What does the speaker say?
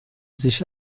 sich